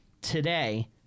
today